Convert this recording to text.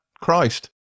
Christ